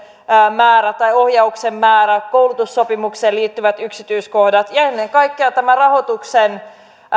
määrä tai ohjauksen määrä koulutussopimukseen liittyvät yksityiskohdat ja ennen kaikkea tämä rahoituksen